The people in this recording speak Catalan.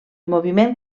moviment